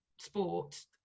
sports